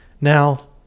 Now